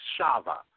Shava